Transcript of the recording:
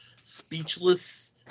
speechless